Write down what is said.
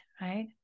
right